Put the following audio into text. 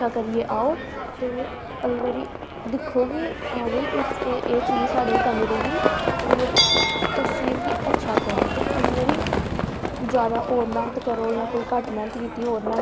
होई जंदा इयां ते लोक बडे ज्यादाअजकल लोक अखवांरा बी पढदे अख़वारा कट पढदे ना ते टीबी ज्यादा दिक्खदे ना लोग आखदे साढ़े न्याने फड़ी लैन जे करी लैन बो करी लेन